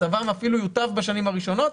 מצבן אפילו יוטב בשנים הראשונות,